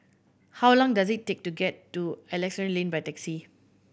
how long does it take to get to Alexandra Lane by taxi